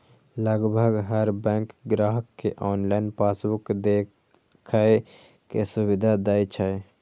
लगभग हर बैंक ग्राहक कें ऑनलाइन पासबुक देखै के सुविधा दै छै